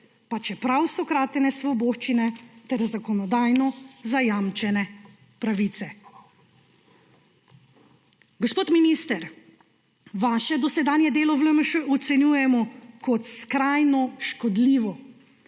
pa čeprav so kratene svoboščine ter zakonodajno zajamčene pravice. Gospod minister, vaše dosedanje delo v LMŠ ocenjujemo kot skrajno škodljivo.